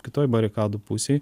kitoj barikadų pusėj